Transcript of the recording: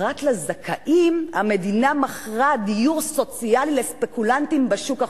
פרט לזכאים המדינה מכרה דיור סוציאלי לספקולנטים בשוק החופשי,